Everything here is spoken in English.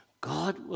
God